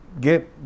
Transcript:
get